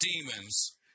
demons